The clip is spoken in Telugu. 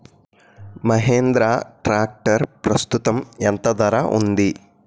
మహీంద్రా ట్రాక్టర్ ప్రస్తుతం ఎంత ధర ఉంది?